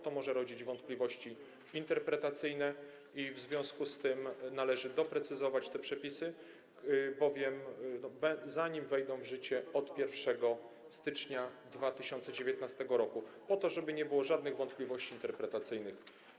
To może rodzić wątpliwości interpretacyjne i w związku z tym należy doprecyzować te przepisy, zanim wejdą w życie od 1 stycznia 2019 r., po to żeby nie było żadnych wątpliwości interpretacyjnych.